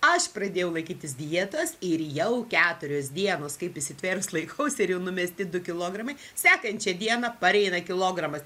aš pradėjau laikytis dietos ir jau keturios dienos kaip įsitvėrus laikausi ir jau numesti du kilogramai sekančią dieną pareina kilogramas